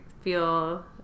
feel